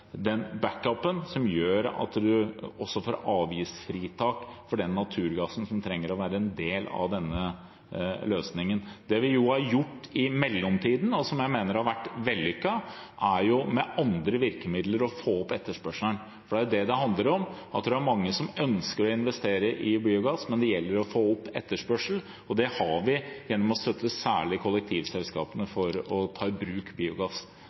den backup-en som gjør at man også får avgiftsfritak for den naturgassen som trenger å være en del av løsningen. Det vi har gjort i mellomtiden, og som jeg mener har vært vellykket, er å få opp etterspørselen med andre virkemidler. Det er det det handler om. Det er mange som ønsker å investere i biogass, men det gjelder å få opp etterspørselen. Det får vi gjennom å støtte særlig kollektivselskapene for å ta i bruk biogass.